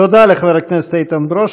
תודה לחבר הכנסת איתן ברושי.